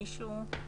מישהו?